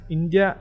India